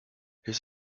his